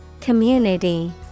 Community